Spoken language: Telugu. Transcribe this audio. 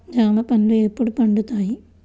జామ పండ్లు ఎప్పుడు పండుతాయి?